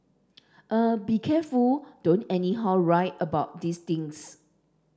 eh be careful don't anyhow write about these things